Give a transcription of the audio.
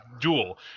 duel